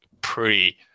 pre